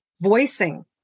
voicing